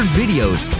videos